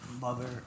mother